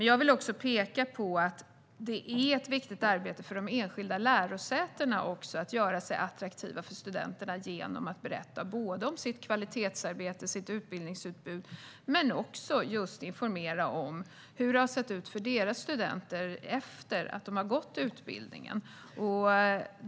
Jag vill också peka på att det är ett viktigt arbete för de enskilda lärosätena att göra sig attraktiva för studenterna genom att berätta om sitt kvalitetsarbete och sitt utbildningsutbud men också informera om hur det har sett ut för deras studenter efter att de har gått utbildningen.